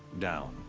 down.